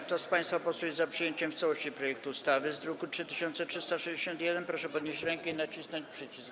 Kto z państwa posłów jest za przyjęciem w całości projektu ustawy z druku nr 3361, proszę podnieść rękę i nacisnąć przycisk.